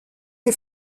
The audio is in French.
les